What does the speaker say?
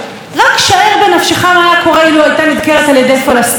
הרי כל הממשלה הייתה מוציאה הודעות גינוי,